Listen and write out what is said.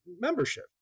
membership